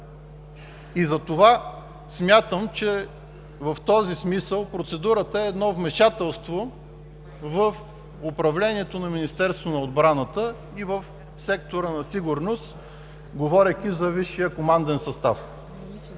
Затова смятам, че в този смисъл процедурата е едно вмешателство в управлението на Министерството на отбраната и в сектора за сигурност, говорейки за висшия команден състав.